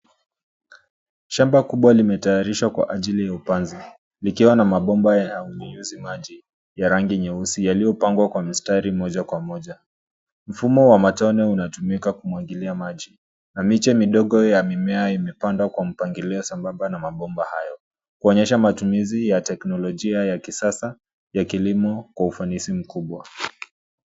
Shamba kubwa limetayarishwa kwa ajili ya upanzi, likiwa na mabomba ya unyunyizi maji ya rangi nyeusi yaliyopangwa kwa mistari moja kwa moja. Mfumo wa matone unatumika kumwagilia maji, na miche midogo ya mimea imepandwa kwa mpangilio sambamba na mabomba hayo, kuonyesha matumizi ya teknolojia ya kisasa ya kilimo kwa ufanisi mkubwa.